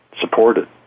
supported